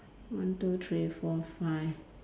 one two three four five